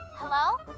hello?